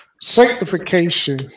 Sanctification